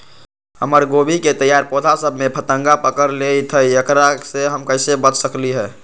हमर गोभी के तैयार पौधा सब में फतंगा पकड़ लेई थई एकरा से हम कईसे बच सकली है?